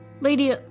Lady